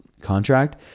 contract